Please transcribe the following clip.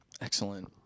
Excellent